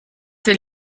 will